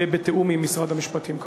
בתיאום עם משרד המשפטים,